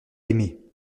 aimé